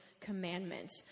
commandment